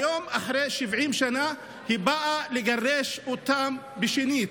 היום, אחרי 70 שנה, היא באה לגרש אותם שנית.